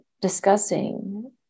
discussing